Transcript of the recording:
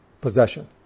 possession